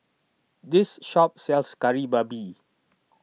this shop sells Kari Babi